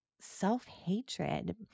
self-hatred